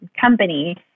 company